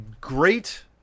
great